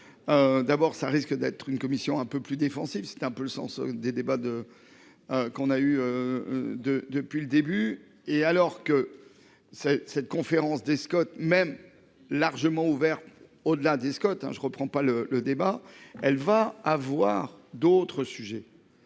D'abord ça risque d'être une commission un peu plus défensive. C'est un peu le sens des débats de. Qu'on a eu. De, depuis le début et alors que. C'est cette conférence Scott même largement ouvert au-delà des Scott hein je reprends pas le le débat, elle va avoir d'autres sujets.